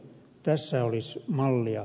tässä olisi mallia